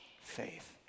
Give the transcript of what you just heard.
faith